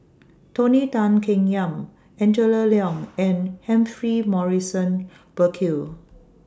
Tony Tan Keng Yam Angela Liong and Humphrey Morrison Burkill